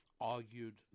argued